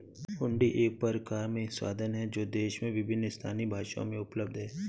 हुंडी एक परक्राम्य साधन है जो देश में विभिन्न स्थानीय भाषाओं में उपलब्ध हैं